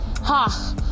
ha